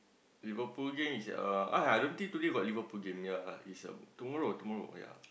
Liverpool game is uh !aiyah! I don't think today got Liverpool game ya lah is uh tomorrow tomorrow ya